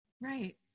right